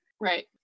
Right